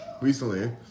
Recently